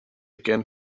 again